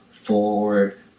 forward